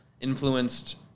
influenced